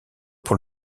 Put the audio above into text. pour